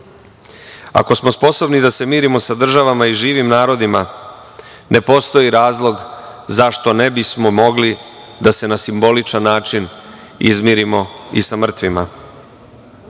smo sposobni da se mirimo sa državama i živim narodima, ne postoji razlog zašto ne bismo mogli da se na simboličan način izmirimo i sa mrtvima.